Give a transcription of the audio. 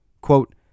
Quote